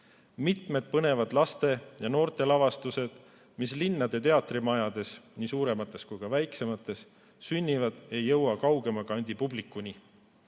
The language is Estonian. Mitmed põnevad laste- ja noortelavastused, mis teatrimajades, nii suuremates kui ka väiksemates, sünnivad, ei jõua kaugema kandi publikuni.